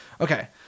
Okay